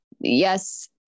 Yes